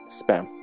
spam